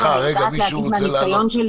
אבל אני יודעת להגיד מהניסיון שלי